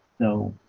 so